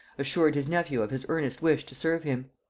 assured his nephew of his earnest wish to serve him.